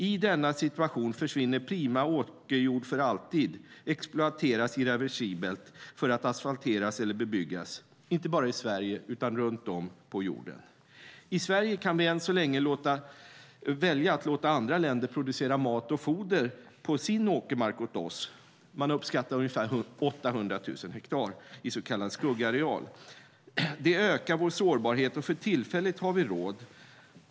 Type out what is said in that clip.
I denna situation försvinner prima åkerjord för alltid och exploateras irreversibelt för att asfalteras eller bebyggas. Det sker inte bara i Sverige utan runtom på jorden. I Sverige kan vi än så länge välja att låta andra länder producera mat och foder på sin åkermark åt oss. Man uppskattar att ungefär att det är ungefär 800 000 hektar i så kallad skuggareal. Det ökar vår sårbarhet, och för tillfället har vi råd.